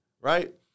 right